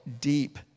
deep